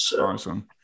Awesome